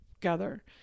together